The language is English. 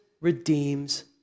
redeems